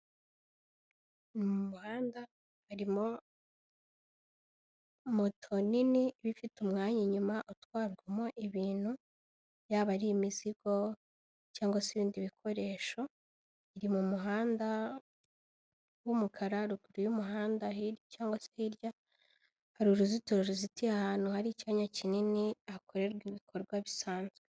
Mu muhanda harimo moto nini iba ifite umwanya inyuma utwarwamo ibintu yaba ari imizigo cyangwa se ibindi bikoresho, iri mu muhanda w'umukara ruguru y'umuhanda cyangwag se hirya hari uruzitiro ruzitiye ahantu hari icyanya kinini hakorerwa ibikorwa bisanzwe.